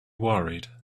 worried